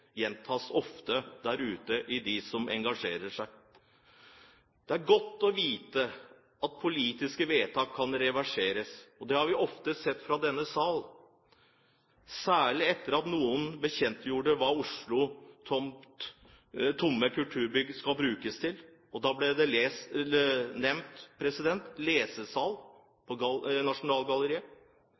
gjentas ofte der ute av dem som engasjerer seg. Det er godt å vite at politiske vedtak kan reverseres. Det har vi ofte sett i denne salen, særlig etter at noen bekjentgjorde hva Oslos tomme kulturbygg skal brukes til. Da ble det nevnt lesesal på Nasjonalgalleriet.